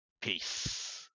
peace